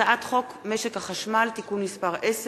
הצעת חוק משק החשמל (תיקון מס' 10